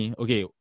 okay